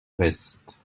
reste